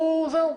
זהו.